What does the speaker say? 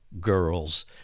girls